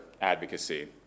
advocacy